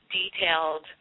detailed